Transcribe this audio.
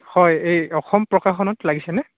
হয় এই অসম প্ৰকাশনত লাগিছেনে